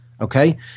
okay